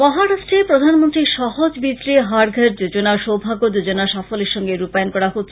মহারাষ্ট্রে প্রধানমন্ত্রী সহজ বিজলী হর ঘর যোজনা সৌভাগ্য যোজনা সাফল্যের সংগে রুপায়ন করা হচ্ছে